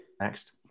next